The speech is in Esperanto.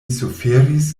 suferis